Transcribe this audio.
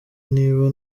niba